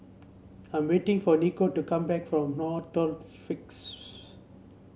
I am waiting for Nico to come back from Northolt